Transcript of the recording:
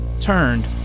turned